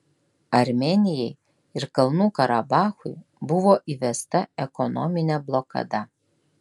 armėnijai ir kalnų karabachui buvo įvesta ekonominė blokada